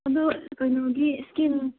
ꯑꯗꯨ ꯀꯩꯅꯣꯒꯤ ꯁ꯭ꯀꯤꯟ